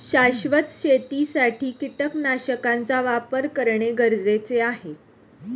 शाश्वत शेतीसाठी कीटकनाशकांचा वापर करणे गरजेचे आहे